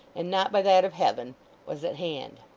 and not by that of heaven was at hand.